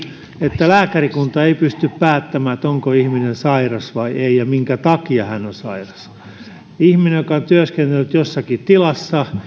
että lääkärikunta ei pysty päättämään onko ihminen sairas vai ei ja minkä takia hän on sairas jos ihminen on työskennellyt jossakin tilassa